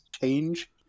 change